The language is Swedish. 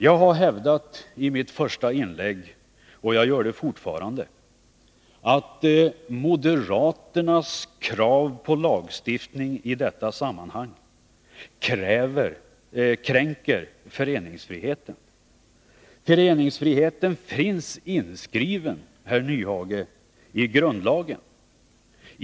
Jag hävdade i mitt första inlägg och jag gör det nu, att moderaternas krav på lagstiftning i detta sammanhang kränker föreningsfriheten. Föreningsfriheten finns inskriven, herr Nyhage, i grundlagen.